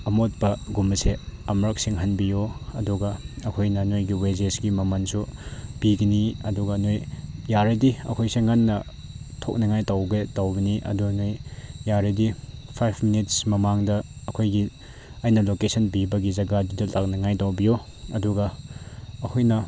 ꯑꯃꯣꯠꯄꯒꯨꯝꯕꯁꯦ ꯑꯃꯨꯔꯛ ꯁꯦꯡꯍꯟꯕꯤꯌꯣ ꯑꯗꯨꯒ ꯑꯩꯈꯣꯏꯅ ꯅꯣꯏꯒꯤ ꯋꯦꯖꯦꯁꯀꯤ ꯃꯃꯜꯁꯨ ꯄꯤꯔꯅꯤ ꯑꯗꯨꯒ ꯅꯣꯏ ꯌꯥꯔꯗꯤ ꯑꯩꯈꯣꯏꯁꯦ ꯉꯟꯅ ꯊꯣꯛꯅꯤꯡꯉꯥꯏ ꯇꯧꯒꯦ ꯇꯧꯕꯅꯤ ꯑꯗꯣ ꯅꯣꯏ ꯌꯥꯔꯗꯤ ꯐꯥꯏꯚ ꯃꯤꯅꯤꯠꯁ ꯃꯃꯥꯡꯗ ꯑꯩꯈꯣꯏꯒꯤ ꯑꯩꯅ ꯂꯣꯀꯦꯁꯟ ꯄꯤꯕꯒꯤ ꯖꯒꯥꯗꯨꯗ ꯂꯥꯛꯅꯤꯡꯉꯥꯏ ꯇꯧꯕꯤꯌꯣ ꯑꯗꯨꯒ ꯑꯩꯈꯣꯏꯅ